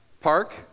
Park